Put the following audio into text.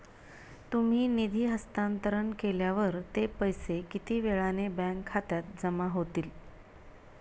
तुम्ही निधी हस्तांतरण केल्यावर ते पैसे किती वेळाने बँक खात्यात जमा होतील?